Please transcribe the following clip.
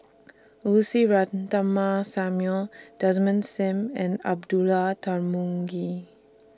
Lucy Ratnammah Samuel Desmond SIM and Abdullah Tarmugi